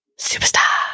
superstar